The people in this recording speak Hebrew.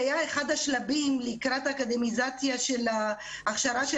זה היה אחד השלבים לקראת אקדמיזציה של ההכשרה של